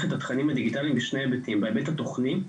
את התכנים הדיגיטליים בשני היבטים בהיבט התוכני,